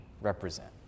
represent